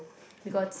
because